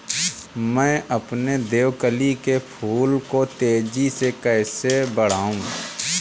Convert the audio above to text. मैं अपने देवकली के फूल को तेजी से कैसे बढाऊं?